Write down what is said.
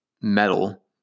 metal